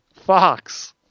Fox